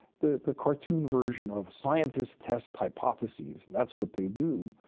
the the cartoon version of scientists test hypotheses and that's what they do,